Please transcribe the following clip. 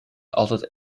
altijd